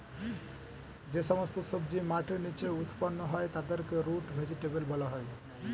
যে সমস্ত সবজি মাটির নিচে উৎপন্ন হয় তাদেরকে রুট ভেজিটেবল বলা হয়